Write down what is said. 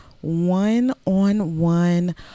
one-on-one